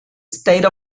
state